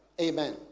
Amen